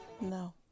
no